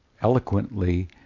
eloquently